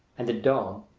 and the dome,